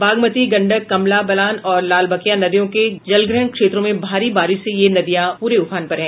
बागमती गंडक कमला बलान और लालबकिया नदियों के जलग्रहण क्षेत्रों में भारी बारिश से ये नदियां पूरे उफान पर हैं